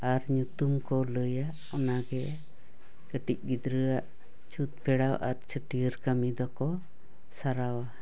ᱟᱨ ᱧᱩᱛᱩᱢ ᱠᱚ ᱞᱟᱹᱭᱟ ᱩᱱᱟᱜᱮ ᱠᱟᱹᱴᱤᱡ ᱜᱤᱫᱽᱨᱟᱹᱣᱟᱜ ᱪᱷᱩᱛ ᱯᱷᱮᱨᱟᱣ ᱟᱨ ᱪᱷᱟᱹᱴᱭᱟᱹᱨ ᱠᱟᱹᱢᱤ ᱫᱚᱠᱚ ᱥᱟᱨᱟᱣᱟ